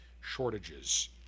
shortages